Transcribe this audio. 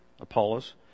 Apollos